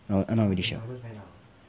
err I'm not really sure